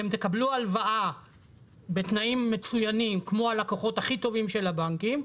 אתם תקבלו הלוואה בתנאים מצוינים כמו הלקוחות הכי טובים של הבנקים,